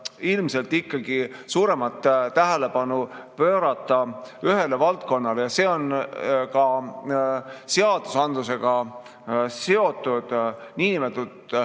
ilmselt ikkagi suuremat tähelepanu pöörata ühele valdkonnale ja see on ka seadusandlusega seotud, niinimetatud